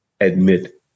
admit